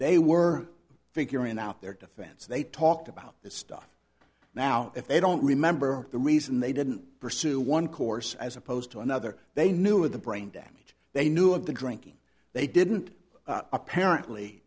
they were figuring out their defense they talked about this stuff now if they don't remember the reason they didn't pursue one course as opposed to another they knew of the brain damage they knew of the drinking they didn't apparently